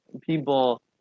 people